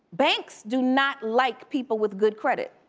banks do not like people with good credit.